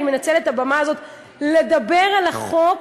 אני מנצלת את הבמה הזאת לדבר על החוק